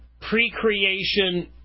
pre-creation